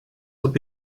would